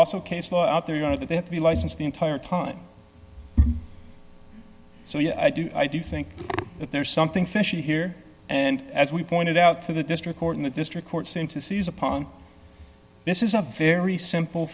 law out there going to that they have to be licensed the entire time so yeah i do i do think that there's something fishy here and as we pointed out to the district court in the district court seem to seize upon this is a very simple